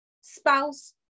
spouse